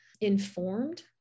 informed